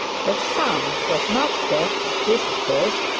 the sound was not that of visitors,